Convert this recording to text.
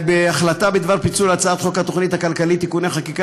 החלטה בדבר פיצול הצעת חוק התוכנית הכלכלית (תיקוני חקיקה